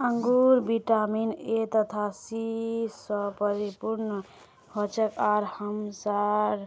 अंगूर vitamin A तथा C स परिपूर्ण हछेक आर हमसार